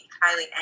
highly